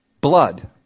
Blood